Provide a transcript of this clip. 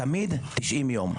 תמיד 90 יום.